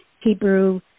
Hebrew